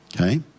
okay